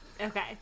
Okay